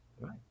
Right